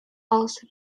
also